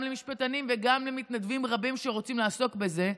גם למשפטנים וגם למתנדבים רבים שרוצים לעסוק בזה,